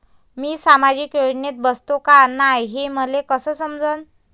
मी सामाजिक योजनेत बसतो का नाय, हे मले कस समजन?